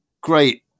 great